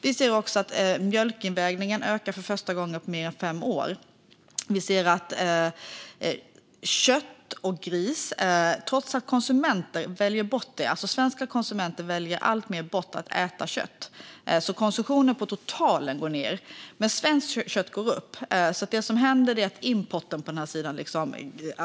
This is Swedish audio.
Vi ser också att mjölkinvägningen ökar för första gången på fem år. Svenska konsumenter väljer alltmer bort att äta kött. Den totala konsumtionen går alltså ned. Men för svenskt kött går den upp. Det som händer är alltså att importen på den sidan minskar.